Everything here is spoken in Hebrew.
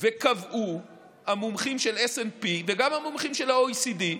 וקבעו המומחים של S&P, וגם המומחים של ה-OECD,